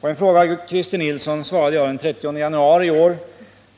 På en fråga av Christer Nilsson svarade jag den 30 januari i år